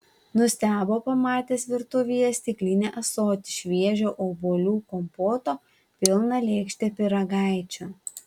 nustebo pamatęs virtuvėje stiklinį ąsotį šviežio obuolių kompoto pilną lėkštę pyragaičių